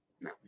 No